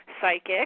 psychic